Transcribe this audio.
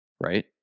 right